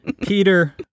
Peter